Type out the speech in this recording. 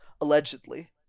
allegedly